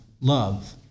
love